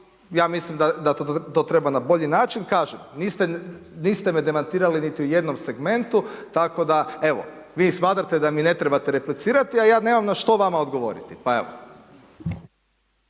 ja mislim da to treba na bolji način. Niste me demantirali niti u jednom segmentu, tako da evo, vi smatrate da mi ne trebate replicirati, ja nemam na što vama odgovoriti. Pa evo.